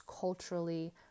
culturally